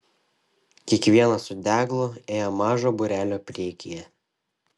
kiekvienas su deglu ėjo mažo būrelio priekyje